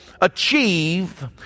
achieve